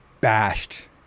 bashed